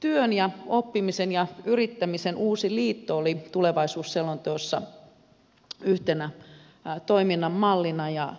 työn ja oppimisen ja yrittämisen uusi liitto oli tulevaisuusselonteossa yhtenä toiminnan mallina ja